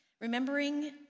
Remembering